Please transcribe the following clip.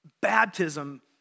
baptism